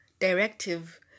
directive